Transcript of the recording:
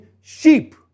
sheep